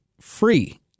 free